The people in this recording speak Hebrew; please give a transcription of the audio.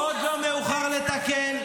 עוד לא מאוחר לתקן.